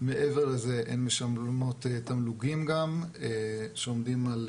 מעבר לזה הן משלמות תמלוגים גם שעומדים על